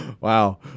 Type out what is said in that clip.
Wow